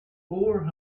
four